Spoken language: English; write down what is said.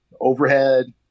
overhead